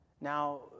Now